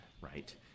right